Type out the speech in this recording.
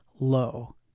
low